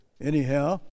anyhow